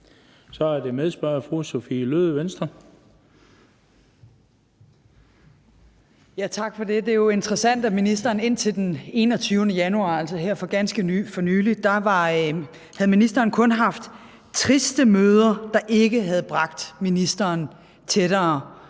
Så er det medspørger fru Sophie Løhde, Venstre. Kl. 17:02 Sophie Løhde (V): Tak for det. Det er jo interessant, at ministeren indtil den 21. januar, altså her for ganske nylig, kun havde haft triste møder, der ikke havde bragt ministeren tættere